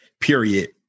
period